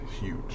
huge